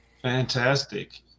Fantastic